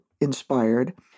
inspired